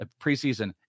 preseason